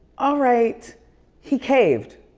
all right he caved.